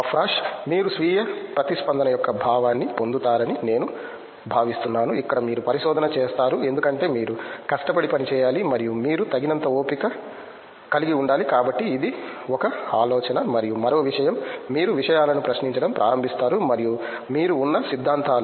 అష్రాఫ్ మీరు స్వీయ ప్రతిస్పందన యొక్క భావాన్ని పొందుతారని నేను భావిస్తున్నాను ఇక్కడ మీరు పరిశోధన చేస్తారు ఎందుకంటే మీరు కష్టపడి పనిచేయాలి మరియు మీరు తగినంత ఓపిక కలిగి ఉండాలి కాబట్టి ఇది ఒక ఆలోచన మరియు మరో విషయం మీరు విషయాలను ప్రశ్నించడం ప్రారంభిస్తారు మరియు మీరు ఉన్న సిద్ధాంతాలు